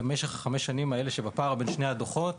במשך חמש השנים האלה שבפער בין שני הדוחות,